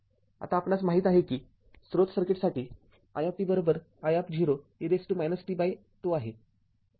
आता आपणास माहित आहे की स्रोत सर्किटसाठी ii e tζ आहे